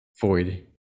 void